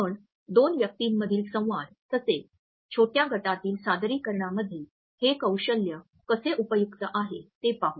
आपण दोन व्यक्तींमधील संवाद तसेच छोट्या गटातील सादरीकरणामध्ये हे कौशल्य कसे उपयुक्त आहे ते पाहू